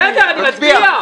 --- בסדר, אני מצביע.